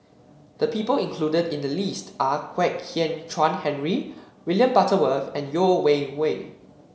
the people included in the list are Kwek Hian Chuan Henry William Butterworth and Yeo Wei Wei